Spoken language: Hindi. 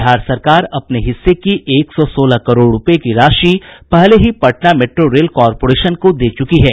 बिहार सरकार अपने हिस्से की एक सौ सोलह करोड़ रूपये की राशि पहले ही पटना मेट्रो रेल कॉरपोरेशन को दे चुकी है